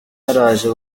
naraje